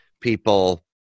people